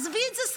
עזבי את זה,